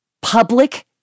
public